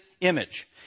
image